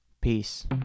Peace